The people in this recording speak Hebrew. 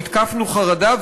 נתקפנו חרדה,